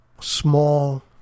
small